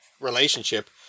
relationship